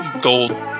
gold